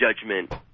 judgment